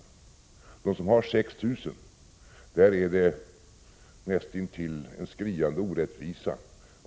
I det andra fallet däremot är det nästintill en skriande orättvisa om de som har 6 000 kr.